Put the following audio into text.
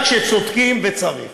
גם כשצודקים וצריך.